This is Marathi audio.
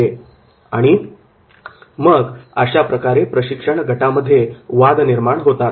' आणि मग अशा प्रकारे प्रशिक्षण गटामध्ये वाद निर्माण होतात